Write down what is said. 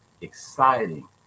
exciting